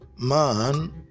Man